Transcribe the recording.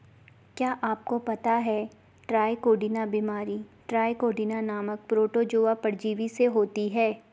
क्या आपको पता है ट्राइकोडीना बीमारी ट्राइकोडीना नामक प्रोटोजोआ परजीवी से होती है?